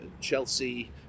Chelsea